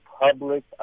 public